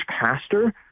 pastor